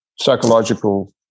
Psychological